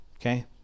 Okay